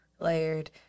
layered